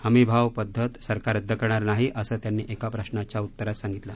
हमी भाव पद्धत सरकार रद्द करणार नाही असं त्यांनी एका प्रशाच्या उत्तरात सांगितलं